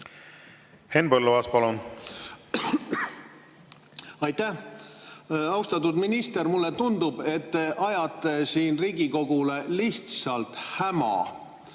Henn Põlluaas, palun! Aitäh! Austatud minister! Mulle tundub, et te ajate siin Riigikogule lihtsalt häma.